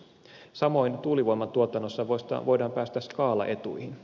samoin tuulivoimatuotannossa voidaan päästä skaalaetuihin